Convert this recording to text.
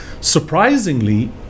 surprisingly